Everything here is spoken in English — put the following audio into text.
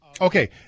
okay